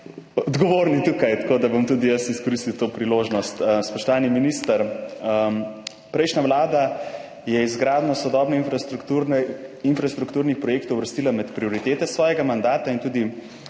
odgovorni tukaj, tako da bom tudi jaz izkoristil to priložnost. Spoštovani minister, prejšnja vlada je izgradnjo sodobnih infrastrukturnih projektov uvrstila med prioritete svojega mandata in tudi